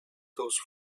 those